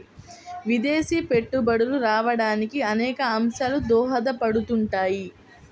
విదేశీ పెట్టుబడులు రావడానికి అనేక అంశాలు దోహదపడుతుంటాయి